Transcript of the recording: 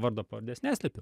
vardo pavardės neslepiu